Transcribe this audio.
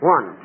One